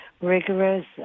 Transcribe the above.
rigorous